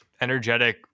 energetic